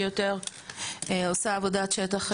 שהיא עושה יותר עבודת שטח.